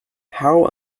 how